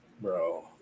Bro